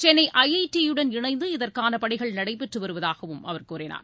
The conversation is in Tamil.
சென்னை ஐஐடி யுடன் இணைந்து இதற்கான பணிகள் நடைபெற்று வருவதாகவும் அவர் குறிப்பிட்டார்